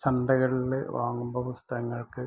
ചന്തകളിൽ നിന്ന് വാങ്ങുമ്പോൾ പുസ്തകങ്ങൾക്ക്